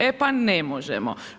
E pa ne možemo.